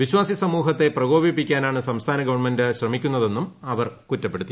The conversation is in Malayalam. വിശ്വാസി സമൂഹത്തെ പ്രകോപിപ്പിക്കാനാണ് സംസ്ഥാന ഗവൺമെന്റ് ശ്രമിക്കുന്നതെന്നും അവർ കുറ്റപ്പെടുത്തി